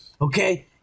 Okay